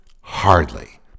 Hardly